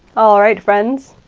all right, friends,